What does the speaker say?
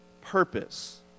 purpose